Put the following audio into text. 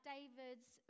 David's